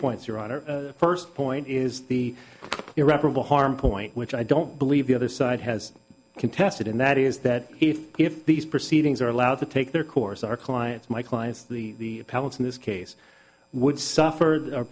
honor first point is the irreparable harm point which i don't believe the other side has contested and that is that if these proceedings are allowed to take their course our clients my clients the balance in this case would suffer or